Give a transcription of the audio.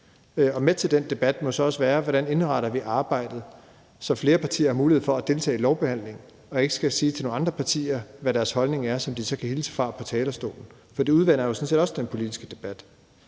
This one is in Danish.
Med til den debat må så også høre, hvordan vi indretter arbejdet, så flere partier har mulighed for at deltage i lovbehandlingen og ikke skal sige til nogle andre partier, hvad deres holdning er, som de så kan hilse og meddele på talerstolen. For det udvander jo sådan set også den politiske debat.